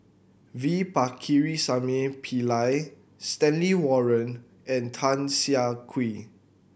V Pakirisamy Pillai Stanley Warren and Tan Siah Kwee